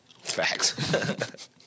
Facts